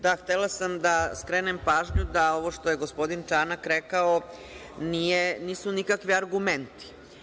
Da, htela sam da skrenem pažnju da ovo što je gospodin Čanak rekao nisu nikakvi argumenti.